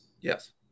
Yes